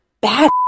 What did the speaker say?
bad